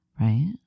Right